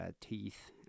teeth